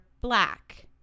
black